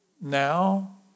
now